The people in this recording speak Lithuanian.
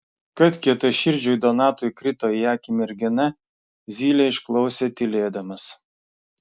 kad kietaširdžiui donatui krito į akį mergina zylė išklausė tylėdamas